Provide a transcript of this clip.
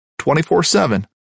24-7